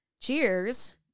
cheers